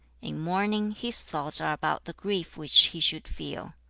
in mourning, his thoughts are about the grief which he should feel.